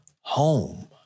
home